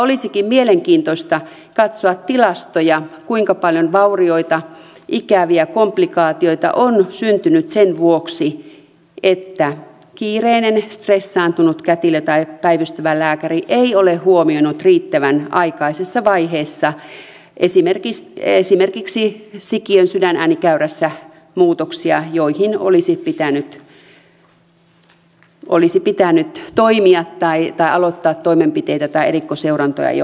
olisikin mielenkiintoista katsoa tilastoja kuinka paljon vaurioita ikäviä komplikaatioita on syntynyt sen vuoksi että kiireinen stressaantunut kätilö tai päivystävä lääkäri ei ole huomioinut riittävän aikaisessa vaiheessa esimerkiksi sikiön sydänäänikäyrässä muutoksia joihin olisi pitänyt aloittaa toimenpiteitä tai erikoisseurantoja jo aiemmin